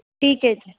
ਠੀਕ ਹੈ ਜੀ